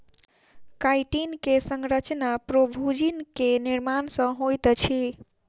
chitin के संरचना प्रोभूजिन के निर्माण सॅ होइत अछि